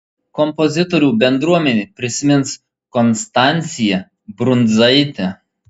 kompozitorių bendruomenė prisimins konstanciją brundzaitę